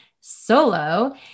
solo